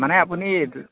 মানে আপুনি